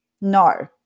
No